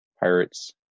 pirates